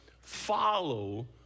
Follow